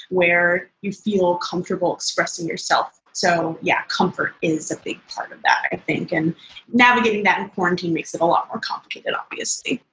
where you feel comfortable expressing yourself, so yeah, comfort is a big part of that i think. and navigating that in quarantine makes it a lot more complicated, obviously.